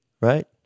right